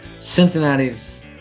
Cincinnati's